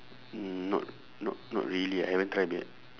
not not not really ah I haven't tried it